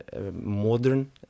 modern